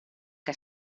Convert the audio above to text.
que